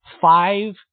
five